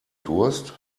durst